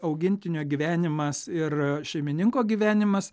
augintinio gyvenimas ir šeimininko gyvenimas